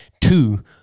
two